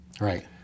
right